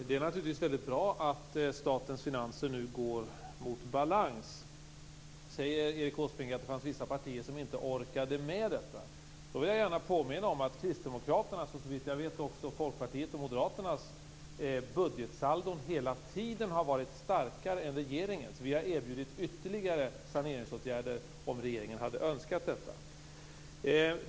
Herr talman! Det är naturligtvis bra att statens finanser nu går mot balans. Erik Åsbrink säger att det fanns vissa partier som inte "orkade med" detta. Jag vill då påminna om att Kristdemokraternas, och såvitt jag vet också Folkpartiets och Moderaternas, budgetsaldon hela tiden har varit starkare än regeringens. Vi hade erbjudit ytterligare saneringsåtgärder, om regeringen hade önskat det.